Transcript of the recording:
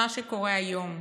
זה לא רק מה שקורה היום,